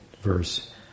verse